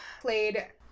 played